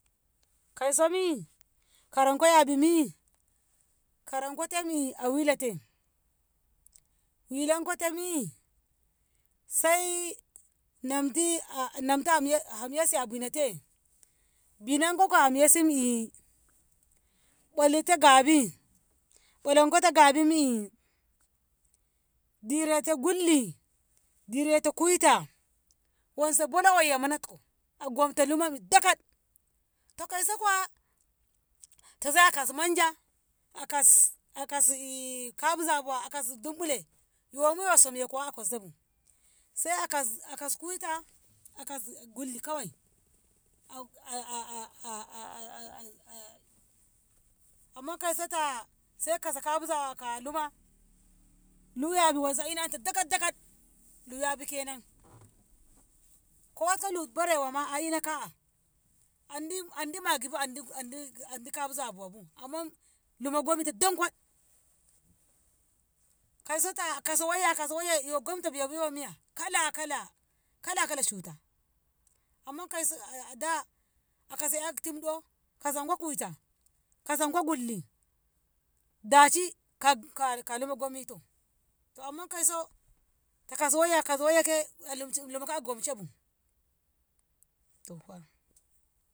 Kauso mi Karanko yabi mi Karankote mi a wilate wilankote mi Sai namti namti ham ya ham yasi a binete binanko ki ham yasi mi o'lite Gabi olankote Gabi mi direto gulli direto kuita wanse bolo wayye manatko agomto luma daka'd to kauso kuwa tase a kas manja akas akas kafi zabuwa akas dunqule yomu yo somye kuwa a kosebu se a kas akas kuita a kas gulli kawai Amma kauso taa se kas kafi zabuwa aka luma luu yabi wanse ino yento daka'd daka'd luu yabi kenan ko moiko luu barewa ma a Ina ka'a Andi- Andi Maggi bu Andi- Andi- Andi kafi zabuwa bu Amma luma gomito donko'd kauso taa akas wayye akas wayye yo gomta biyabu yo Miya kala- kala- kala- kala cuta Amma kauso ahh daa akas 'ya Tim 'do kasanko kuita kasanko gulli dashi ka luma gomito to Amma kauso takas wayye kas wayye kee ehh luma ke a gomshe bu.